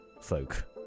folk